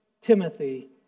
Timothy